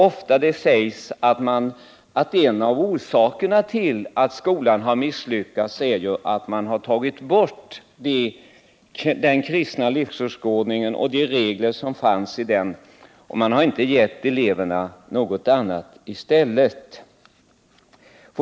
Ofta sägs det att en av orsakerna till att skolan har misslyckats är att man har tagit bort den kristna livsåskådningen och de regler som fanns i den, och man har inte gett eleverna någonting annat i stället.